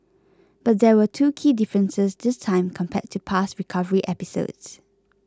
but there were two key differences this time compared to past recovery episodes